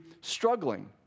struggling